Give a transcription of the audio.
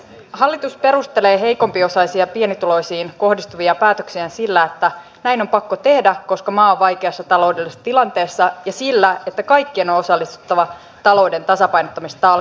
hallitus perustelee heikompiosaisiin ja pienituloisiin kohdistuvia päätöksiään sillä että näin on pakko tehdä koska maa on vaikeassa taloudellisessa tilanteessa ja sillä että kaikkien on osallistuttava talouden tasapainottamistalkoisiin